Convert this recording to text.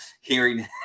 hearing